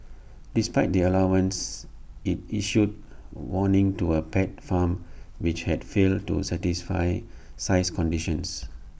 despite the allowance IT issued A warning to A pet farm which had failed to satisfy size conditions